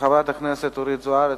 שמספרה 3288, של חברת הכנסת אורית זוארץ.